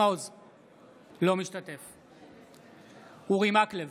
אינו משתתף בהצבעה אורי מקלב,